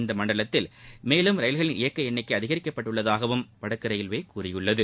இந்த மண்டலத்தில் மேலும் ரயில்களின் இயக்க எண்ணிக்கை அதிகரிக்கப்பட்டுள்ளதாகவும் வடக்கு ரயில்வே கூறியுள்ளது